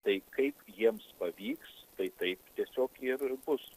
tai kaip jiems pavyks tai taip tiesiog ir bus